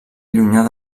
allunyar